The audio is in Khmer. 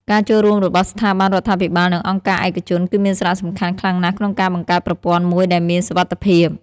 ការចូលរួមរបស់ស្ថាប័នរដ្ឋាភិបាលនិងអង្គការឯកជនគឺមានសារៈសំខាន់ខ្លាំងណាស់ក្នុងការបង្កើតប្រព័ន្ធមួយដែលមានសុវត្ថិភាព។